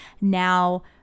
now